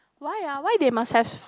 why ah why they must have